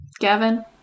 gavin